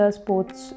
sports